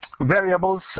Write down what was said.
Variables